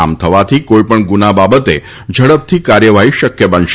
આમ થવાથી કોઈપણ ગુના બાબતે ઝડપથી કાર્યવાહી શક્ય બનશે